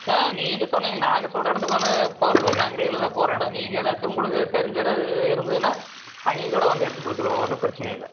ஆ நீங்கள் சொன்னிங்க நாங்கள் சொன்ன இடத்துக்கு வந்தா போவது நாங்கள் ரெகுலராக போகிற இடம் நீங்கள் ஏதாச்சு உங்ளுக்கு தெரிஞ்ச இடம் இருந்துதுனால் அங்கேயும் கூட வந்து எடுத்து கொடுத்துருவோம் ஒன்றும் பிரச்சின இல்லை